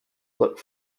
look